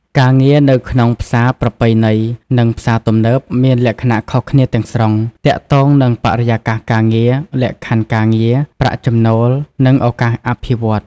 ការងារនៅក្នុងផ្សារប្រពៃណី និងផ្សារទំនើប មានលក្ខណៈខុសគ្នាទាំងស្រុង ទាក់ទងនឹងបរិយាកាសការងារ លក្ខខណ្ឌការងារ ប្រាក់ចំណូល និងឱកាសអភិវឌ្ឍន៍។